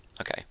Okay